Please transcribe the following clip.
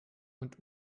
und